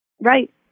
Right